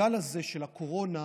בגל הזה של הקורונה,